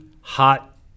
hot